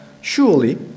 surely